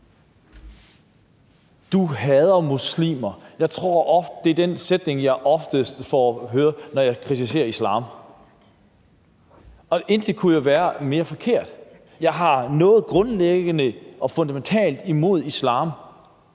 »Du hader muslimer« er den sætning, jeg oftest får at høre, når jeg kritiserer islam. Og intet kunne jo være mere forkert. Jeg har noget grundlæggende og fundamentalt imod islam.